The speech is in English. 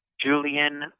Julian